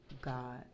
God